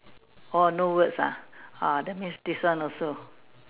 orh no words uh that means this one also